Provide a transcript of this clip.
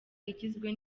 igizwe